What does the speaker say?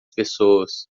pessoas